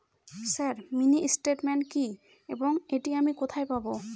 Sir mini statement কি এবং এটি আমি কোথায় পাবো?